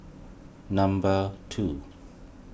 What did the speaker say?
number two